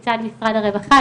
מצד משרד הרווחה,